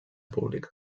pública